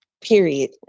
Period